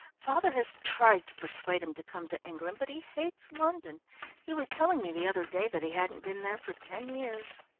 father has tried to persuade him to come to england, but he hates london he was telling me the other day that he hadn't been there for ten years.